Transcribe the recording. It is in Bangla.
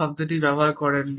শব্দটি ব্যবহার করেনি